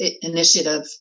initiative